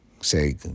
Say